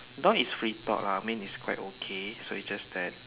now it's free talk lah I mean it's quite okay so it's just that